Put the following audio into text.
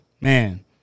Man